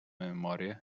memorie